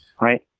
right